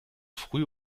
früh